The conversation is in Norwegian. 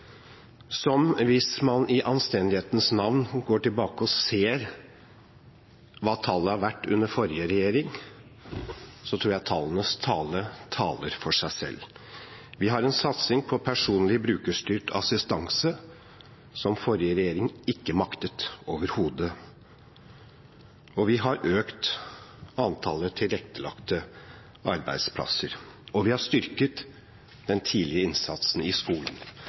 hvis man i anstendighetens navn går tilbake og ser hva tallet var under forrige regjering, tror jeg tallenes tale er klar. Vi har en satsing på personlig brukerstyrt assistanse, som forrige regjering ikke maktet overhodet, og vi har økt antallet tilrettelagte arbeidsplasser, og vi har styrket den tidlige innsatsen i skolen.